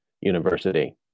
University